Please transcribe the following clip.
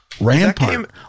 Rampart